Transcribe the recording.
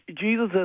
Jesus